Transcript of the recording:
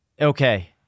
Okay